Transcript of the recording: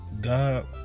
God